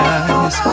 eyes